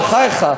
בחייך.